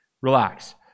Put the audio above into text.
relax